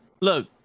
look